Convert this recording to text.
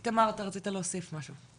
איתמר, אתה רצית להוסיף משהו.